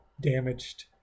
Damaged